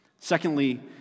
Secondly